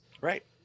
Right